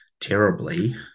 terribly